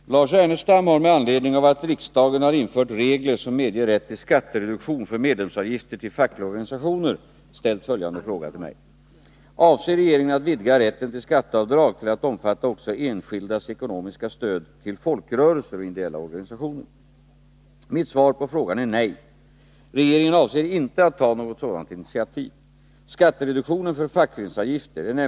Folkrörelserna och de ideella organisationerna utgör en viktig grund för ett ideellt samhällsarbete. Deras insatser skapar engagemang och gemenskap. En viktig del är deras humanitära insatser i u-länderna. Här hemma bedrivs imponerande verksamheter bl.a. i syfte att hjälpa människor undan narkotikaoch alkoholberoende. Dessa insatser från ideella organisationer av skilda slag är värda allt stöd. Riksdagen har nyligen infört regler som medger rätt till skattereduktion för medlemsavgifter till fackliga organisationer. Avser regeringen att vidga rätten till skatteavdrag till att omfatta också enskildas ekonomiska stöd till folkrörelser och ideella organisationer?